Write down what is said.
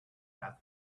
had